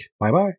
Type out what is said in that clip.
Bye-bye